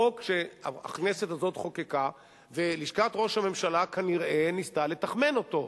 חוק שהכנסת הזאת חוקקה ולשכת ראש הממשלה כנראה ניסתה לתכמן אותו.